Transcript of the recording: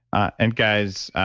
and guys,